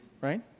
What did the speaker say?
Right